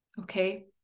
Okay